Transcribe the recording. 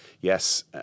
yes